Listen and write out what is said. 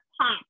pop